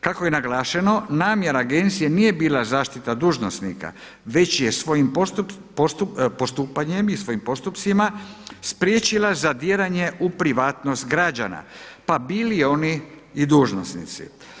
Kako je naglašeno namjera agencije nije bila zaštita dužnosnika, već je svojim postupanjem i svojim postupcima spriječila zadiranje u privatnost građana pa bili oni i dužnosnici.